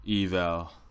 eval